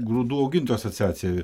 grūdų augintojų asociacija